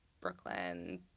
Brooklyn